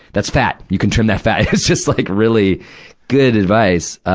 that's fat! you can trim that fat. and it's just, like, really good advice.